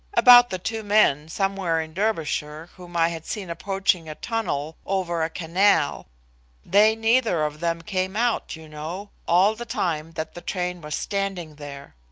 about the two men somewhere in derbyshire whom i had seen approaching a tunnel over a canal they neither of them came out, you know, all the time that the train was standing there.